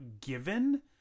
given